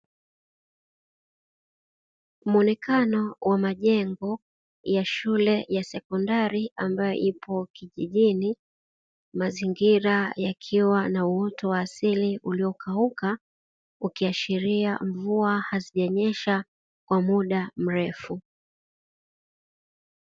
Muonekano wa majengo ya shule ya sekondari ambayo ipo kijijini, mazingira yakiwa na uoto wa asili uliokauka ikiashiria mvua hazijanyesha kwa mda mrefu.